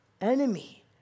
enemy